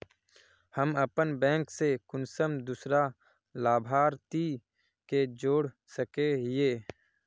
हम अपन बैंक से कुंसम दूसरा लाभारती के जोड़ सके हिय?